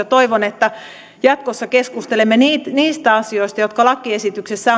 toivon että jatkossa keskustelemme niistä niistä asioista jotka lakiesityksessä